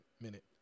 minute